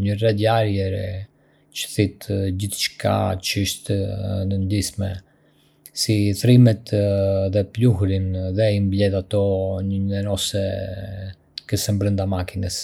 një rrjedhë ajri që thith gjithçka që është në dysheme, si thërrimet dhe pluhurin, dhe i mbledh ato në një enë ose qese brenda makinës.